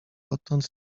odtąd